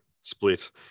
split